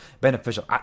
beneficial